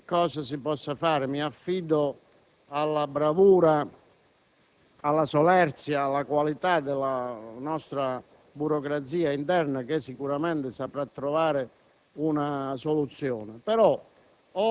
che cosa si possa fare: mi affido alla bravura, alla solerzia, alla qualità della nostra burocrazia interna che sicuramente saprà trovare una soluzione.